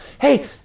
Hey